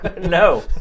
No